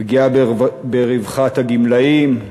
פגיעה ברווחת הגמלאים,